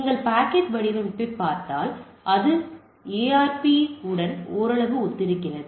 நீங்கள் பாக்கெட் வடிவமைப்பைப் பார்த்தால் அது அந்த ARP உடன் ஓரளவு ஒத்திருக்கிறது